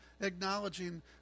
acknowledging